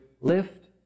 lift